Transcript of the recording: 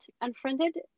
unfriended